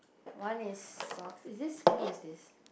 one is socks is this can I use this